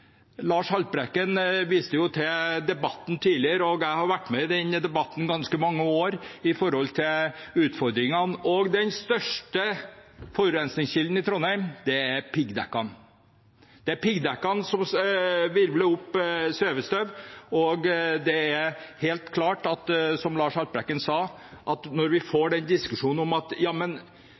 tidligere debatt. Jeg har vært med i denne debatten i ganske mange år, og den største forurensningskilden i Trondheim er piggdekkene. Det er piggdekkene som hvirvler opp svevestøv. Som representanten Haltbrekken sa: Når vi får diskusjonen om at ja men